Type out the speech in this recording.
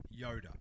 Yoda